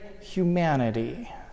humanity